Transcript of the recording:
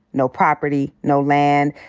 no property, no land,